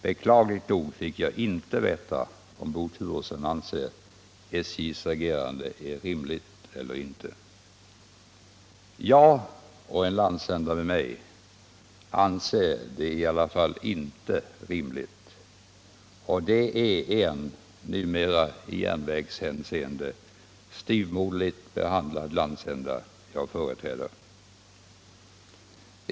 Beklagligt nog fick jag inte veta om Bo Turesson anser att SJ:s agerande är rimligt eller ej. Jag och en landsända med mig anser det i alla fall inte rimligt. Och det är en numera i järnvägshänseende styvmoderligt behandlad landsända jag företräder.